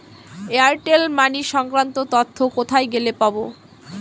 Airtel money সংক্রান্ত তথ্য কোথায় গেলে পাব?